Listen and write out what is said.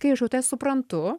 kai jau aš tą suprantu